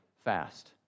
fast